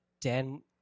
Dan